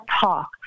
talk